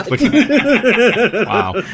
Wow